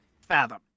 fathom